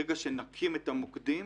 ברגע שנקים את המוקדים,